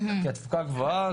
כי התפוקה גבוהה,